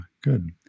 Good